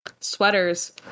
Sweaters